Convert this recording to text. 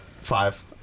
five